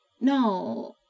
no